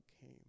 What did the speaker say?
came